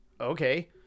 Okay